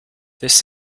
this